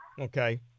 Okay